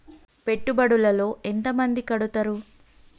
పెట్టుబడుల లో ఎంత మంది కడుతరు?